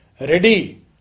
ready